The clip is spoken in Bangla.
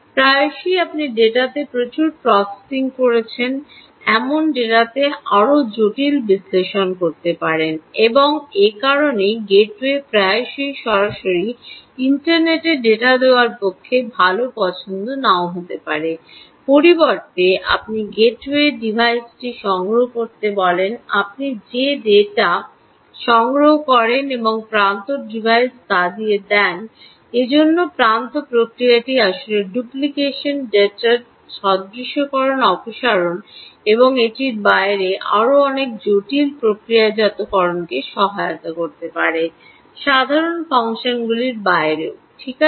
প্রায়শই আপনি ডেটাতে প্রচুর প্রসেসিং করেছেন এমন ডেটাতে আরও জটিল বিশ্লেষণ করতে পারেন এবং এ কারণেই গেটওয়ে প্রায়শই সরাসরি ইন্টারনেটে ডেটা দেওয়ার পক্ষে ভাল পছন্দ নাও হতে পারে পরিবর্তে আপনি গেটওয়ে ডিভাইসটি সংগ্রহ করতে বলেন আপনি যে ডেটা সংগ্রহ করেন এবং প্রান্ত ডিভাইসে তা দিয়ে দেন এজন্য প্রান্ত প্রক্রিয়াটি আসলে ডুপ্লিকেশন ডেটারের সাদৃশ্যকরন অপসারণ বা এটির বাইরে আরও অনেক জটিল প্রক্রিয়াজাতকরণকে সহায়তা করতে পারে সাধারণ ফাংশনগুলির বাইরেও ঠিক আছে